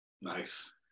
Nice